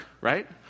right